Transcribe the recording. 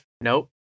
Nope